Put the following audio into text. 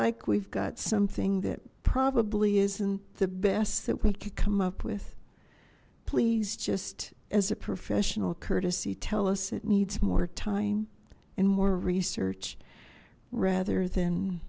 like we've got something that probably isn't the best that we could come up with please just as a professional courtesy tell us it needs more time and more research rather than